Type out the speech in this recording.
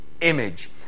image